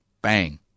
Bang